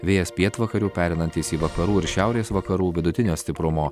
vėjas pietvakarių pereinantis į vakarų ir šiaurės vakarų vidutinio stiprumo